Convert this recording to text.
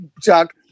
chuck